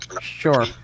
sure